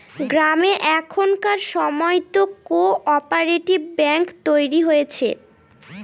গ্রামে এখনকার সময়তো কো অপারেটিভ ব্যাঙ্ক তৈরী হয়েছে